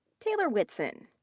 taylor whitson.